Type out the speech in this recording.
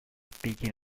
picking